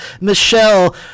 Michelle